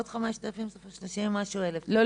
עוד 5,000 זה כבר שלושים ומשהו אלף --- לא,